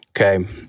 Okay